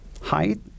height